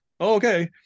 okay